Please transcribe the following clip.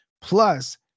plus